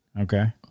Okay